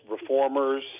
reformers